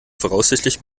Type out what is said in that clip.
voraussichtlich